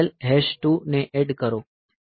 તે આના જેવું કંઈક હશે